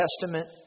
Testament